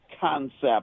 concept